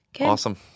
Awesome